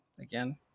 again